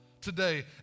today